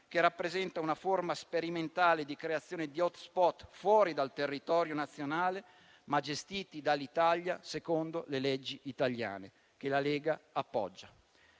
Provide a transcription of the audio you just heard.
che rappresenta una forma sperimentale di creazione di *hotspot* fuori dal territorio nazionale, ma gestiti dall'Italia secondo le leggi italiane, che la Lega appoggia.